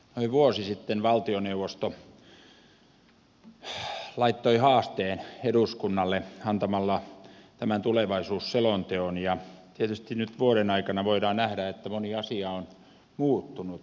noin vuosi sitten valtioneuvosto laittoi haasteen eduskunnalle antamalla tämän tulevaisuusselonteon ja tietysti nyt voidaan nähdä että vuoden aikana moni asia on muuttunut